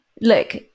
look –